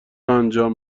انجام